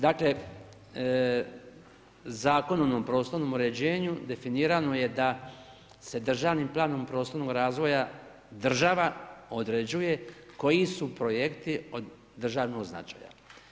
Dakle, zakonom o prostornom uređenju, definirano je da se državnim planom prostornog razvoja država određuje koji su projekti od državnog značaja.